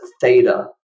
theta